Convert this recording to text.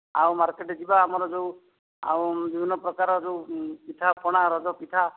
ଆଉ ମାର୍କେଟ୍ ଯିବା ଆମର ଯେଉଁ ଆଉ ବିଭିନ୍ନପ୍ରକାର ଯେଉଁ ପିଠା ପଣା ରଜ ପିଠା